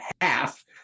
half